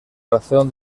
razón